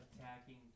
attacking